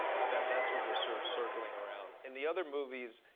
that's what we're sort of circling around. in the other movies,